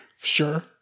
Sure